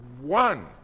one